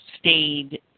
stayed